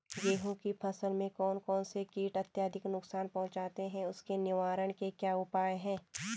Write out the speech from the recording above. गेहूँ की फसल में कौन कौन से कीट अत्यधिक नुकसान पहुंचाते हैं उसके निवारण के क्या उपाय हैं?